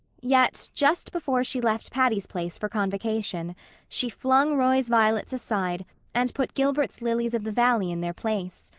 yet just before she left patty's place for convocation she flung roy's violets aside and put gilbert's lilies-of-the-valley in their place.